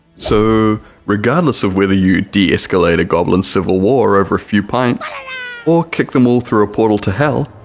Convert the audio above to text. so regardless of whether you deescalate a goblin civil war over a few pints or kick them all through a portal to hell,